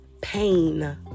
pain